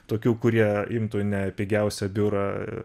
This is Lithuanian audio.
tokių kurie imtų ne pigiausią biurą